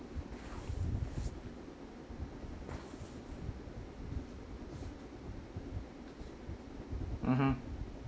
mmhmm